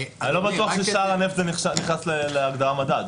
לא בטוח ששער הנפט נכנס להגדרה "מדד".